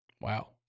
Wow